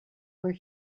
where